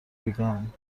ریگان